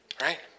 Right